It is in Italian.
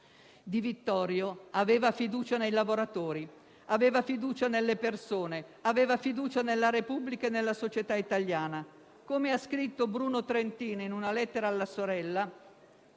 Di Vittorio aveva fiducia nei lavoratori, aveva fiducia nelle persone, aveva fiducia nella Repubblica e nella società italiana. Come ha scritto Bruno Trentin in una lettera alla sorella,